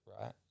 right